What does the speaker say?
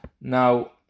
Now